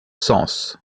sens